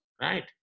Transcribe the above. Right